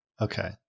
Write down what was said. Okay